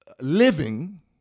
living